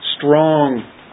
strong